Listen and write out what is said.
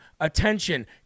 attention